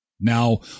Now